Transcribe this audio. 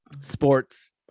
sports